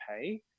pay